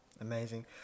Amazing